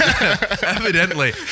Evidently